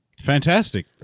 Fantastic